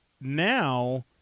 now